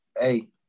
Hey